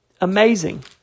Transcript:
Amazing